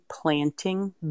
planting